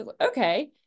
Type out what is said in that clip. okay